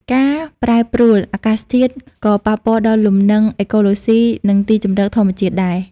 ការប្រែប្រួលអាកាសធាតុក៏ ប៉ះពាល់ដល់លំនឹងអេកូឡូស៊ី និងទីជម្រកធម្មជាតិដែរ។